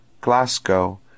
Glasgow